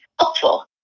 helpful